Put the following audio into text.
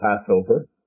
Passover